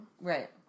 Right